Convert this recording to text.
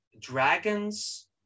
dragons